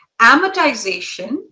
Amortization